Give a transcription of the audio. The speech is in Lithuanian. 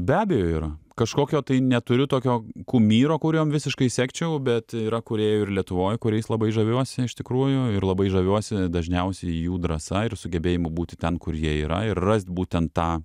be abejo yra kažkokio tai neturiu tokio kumyro kuriuom visiškai sekčiau bet yra kūrėjų ir lietuvoj kuriais labai žaviuosi iš tikrųjų ir labai žaviuosi dažniausiai jų drąsa ir sugebėjimu būti ten kur jie yra ir rast būtent tą